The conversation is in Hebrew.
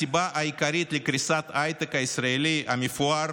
הסיבה העיקרית לקריסת ההייטק הישראלי המפואר